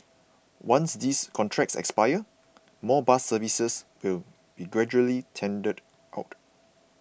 once these contracts expire more bus services will be gradually tendered out